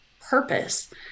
purpose